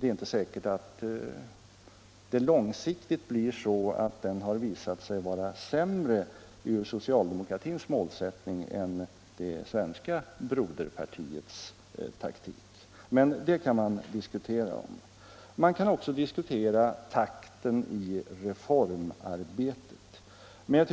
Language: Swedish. Det är inte säkert att den långsiktigt kommer att visa sig vara sämre med hänsyn till socialdemokratins målsättning än det svenska broderpartiets taktik. Men det kan man diskutera. Man kan också diskutera takten i reformarbetet. Men